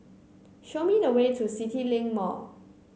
show me the way to CityLink Mall